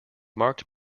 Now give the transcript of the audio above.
marked